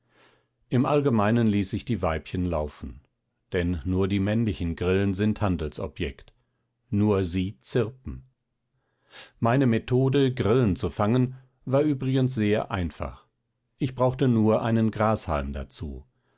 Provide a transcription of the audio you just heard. im allgemeinen ließ ich die weibchen laufen denn nur die männlichen grillen sind handelsobjekt nur sie zirpen meine methode grillen zu fangen war übrigens sehr einfach ich brauchte nur einen grashalm dazu